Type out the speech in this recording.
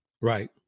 right